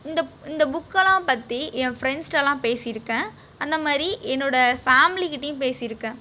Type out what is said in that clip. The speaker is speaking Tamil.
இந்த இந்த புக்கெலாம் பற்றி என் ஃப்ரெண்ட்ஸ்ட்டெலாம் பேசியிருக்கேன் அந்தமாதிரி என்னோடய ஃபேமிலிக்கிட்டையும் பேசியிருக்கேன்